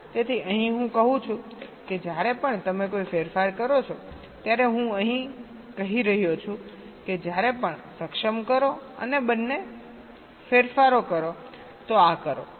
તેથી અહીં હું કહું છું કે જ્યારે પણ તમે કોઈ ફેરફાર કરો છો ત્યારે હું અહીં કહી રહ્યો છું કે જ્યારે પણ સક્ષમ કરો અને બંને ફેરફારો કરો તો આ કરો